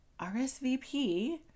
RSVP